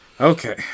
okay